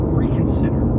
reconsider